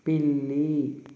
పిల్లి